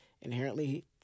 inherently